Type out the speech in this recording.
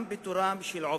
ואם בפיטוריהם של אלפי מורים,